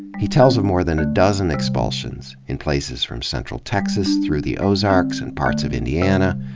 he tells of more than a dozen expulsions, in p laces from central texas through the ozarks and parts of indiana.